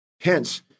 Hence